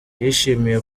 yishimiye